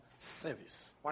service